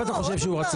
לא, עוד פעם.